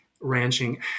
ranching